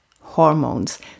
hormones